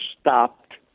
stopped